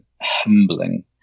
humbling